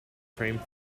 frame